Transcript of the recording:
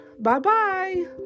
Bye-bye